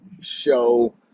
show